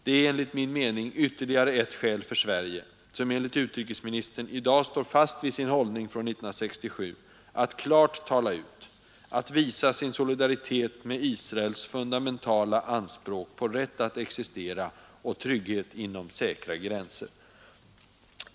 Det är enligt min mening ytterligare ett skäl för Sverige, som enligt utrikesministern i dag står fast vid sin hållning från 1967, att klart tala ut, att visa sin solidaritet med Israels grundläggande anspråk på rätt att existera och trygghet inom säkra gränser.